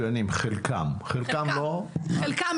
שחלקם מצוינים ו --- חלקם,